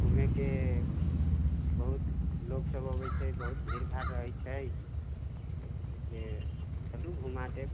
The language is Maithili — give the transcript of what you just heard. घूमैके बहुत लोगसब अबै छै बहुत भीड़ भाड़ रहै छै जे चलु घुमा देब